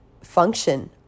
function